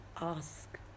ask